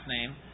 name